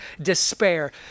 despair